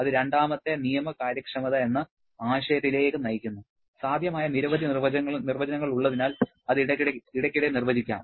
അത് രണ്ടാമത്തെ നിയമ കാര്യക്ഷമത എന്ന ആശയത്തിലേക്ക് നയിക്കുന്നു സാധ്യമായ നിരവധി നിർവചനങ്ങൾ ഉള്ളതിനാൽ അത് ഇടയ്ക്കിടെ നിർവചിക്കാം